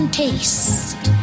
taste